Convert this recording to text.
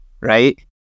right